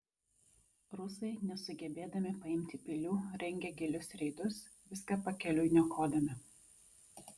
rusai nesugebėdami paimti pilių rengė gilius reidus viską pakeliui niokodami